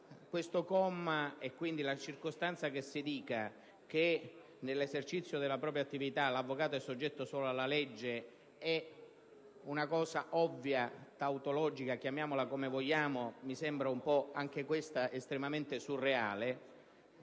questo comma - e quindi la circostanza che si dica che nell'esercizio della propria attività l'avvocato è soggetto solo alla legge - è una cosa ovvia, tautologica (chiamiamola come vogliamo: mi sembra anche questa estremamente surreale)